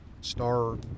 star